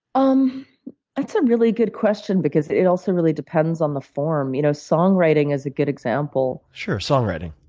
um that's a really good question because it also really depends on the form. you know songwriting is a good example. sure, songwriting.